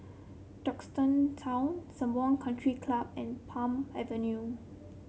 Duxton Town Sembawang Country Club and Palm Avenue